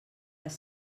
les